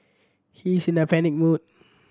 he is in a panic mode